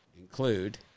include